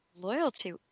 loyalty